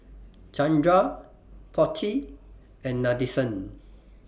Chandra Potti and Nadesan